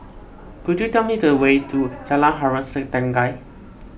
could you tell me the way to Jalan Harom Setangkai